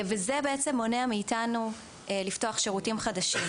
זה מונע מאתנו לפתוח חדשים,